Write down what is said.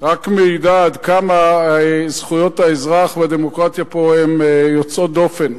רק מעידה עד כמה זכויות האזרח והדמוקרטיה פה הן יוצאות דופן,